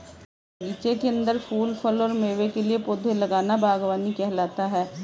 बगीचे के अंदर फूल, फल और मेवे के लिए पौधे लगाना बगवानी कहलाता है